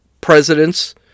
presidents